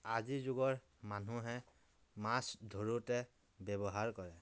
আজিৰ যুগৰ মানুহে মাছ ধৰোঁতে ব্য়ৱহাৰ কৰে